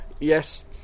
Yes